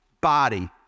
body